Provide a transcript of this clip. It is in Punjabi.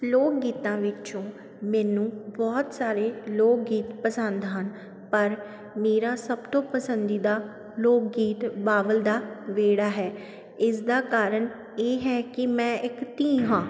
ਲੋਕ ਗੀਤਾਂ ਵਿੱਚੋਂ ਮੈਨੂੰ ਬਹੁਤ ਸਾਰੇ ਲੋਕ ਗੀਤ ਪਸੰਦ ਹਨ ਪਰ ਮੇਰਾ ਸਭ ਤੋਂ ਪਸੰਦੀਦਾ ਲੋਕ ਗੀਤ ਬਾਬਲ ਦਾ ਵਿਹੜਾ ਹੈ ਇਸ ਦਾ ਕਾਰਨ ਇਹ ਹੈ ਕਿ ਮੈਂ ਇੱਕ ਧੀ ਹਾਂ